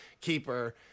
keeper